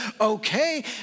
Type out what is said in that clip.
okay